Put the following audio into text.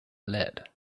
lead